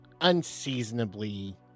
unseasonably